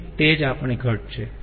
તેથી તે જ આપણી ઘટ છે